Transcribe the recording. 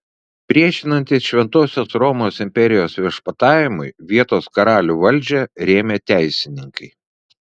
priešinantis šventosios romos imperijos viešpatavimui vietos karalių valdžią rėmė teisininkai